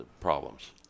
problems